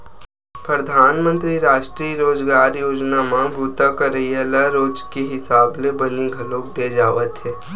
परधानमंतरी रास्टीय रोजगार योजना म बूता करइया ल रोज के हिसाब ले बनी घलोक दे जावथे